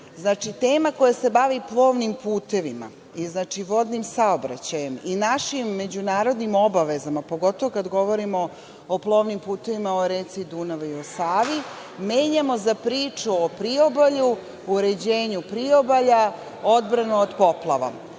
Znači, tema koja se bavi plovnim putevima i vodnim saobraćajem i našim međunarodnim obavezama, pogotovo kada govorimo o plovnim putevima, o reci Dunavu ili Savi, menjamo za priču o priobalju, uređenju priobalja, odbranu od poplava.